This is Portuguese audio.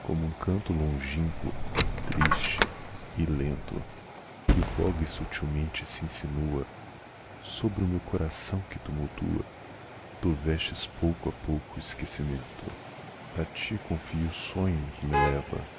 como um canto longinquo triste e lento que voga e sutilmente se insinua sobre o meu coração que tumultua tu vertes pouco a pouco o esquecimento a ti confio o sonho em que me leva